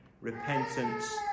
Repentance